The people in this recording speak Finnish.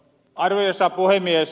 arvoisa puhemies